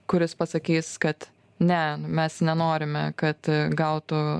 kuris pasakys kad ne mes nenorime kad gautų